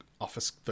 office